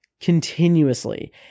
continuously